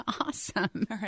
awesome